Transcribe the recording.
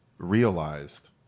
realized